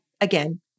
again